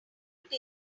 take